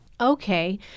okay